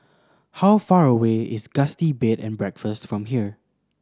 how far away is Gusti Bed and Breakfast from here